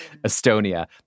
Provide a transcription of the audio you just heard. Estonia